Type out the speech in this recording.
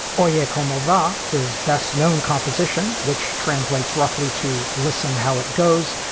oh yeah. como ra. his best known composition, which translates roughly to listen how it goes,